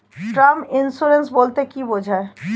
Term insurance বলতে কী বোঝায়?